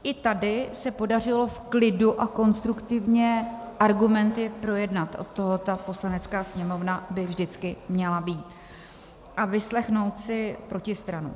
I tady se podařilo v klidu a konstruktivně argumenty projednat od toho by Poslanecká sněmovna vždycky měla být a vyslechnout si protistranu.